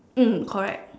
mm correct